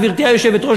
גברתי היושבת-ראש,